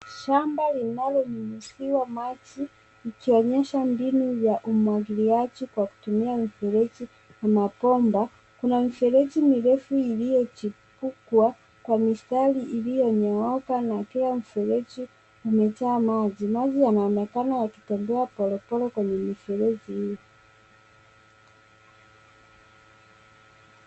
Shamba linalonyunyuziwa maji ikionyesha mbinu ya umwagiliaji kwa kutumia mifereji na bonda. Kuna mifereji mirefu iliyochipuka kwa mistari iliyonyooka na kila mfereji imejaa maji. Maji yanaonekana yakitembea polepole kwenye mifereji hii.